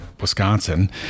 wisconsin